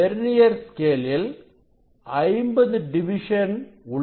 vernier scale ல் 50 division உள்ளது